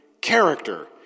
character